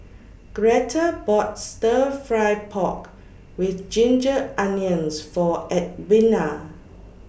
Greta bought Stir Fry Pork with Ginger Onions For Edwina